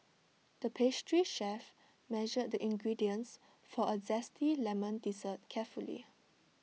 the pastry chef measured the ingredients for A Zesty Lemon Dessert carefully